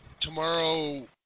tomorrow